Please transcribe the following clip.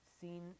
seen